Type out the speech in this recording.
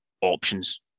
options